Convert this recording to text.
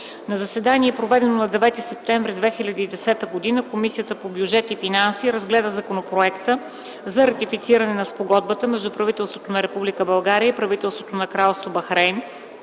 На заседание, проведено на 9 септември 2010 г., Комисията по бюджет и финанси разгледа Законопроекта за ратифициране на Спогодбата между правителството на Република България и правителството на Кралство Бахрейн